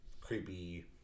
creepy